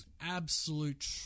absolute